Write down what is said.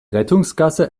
rettungsgasse